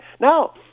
Now